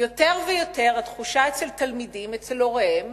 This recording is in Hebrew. יותר ויותר התחושה אצל תלמידים, אצל הוריהם,